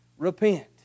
repent